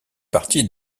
partie